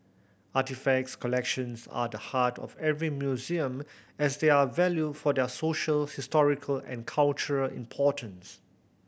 artefact collections are the heart of every museum as they are valued for their social historical and cultural importance